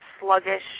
sluggish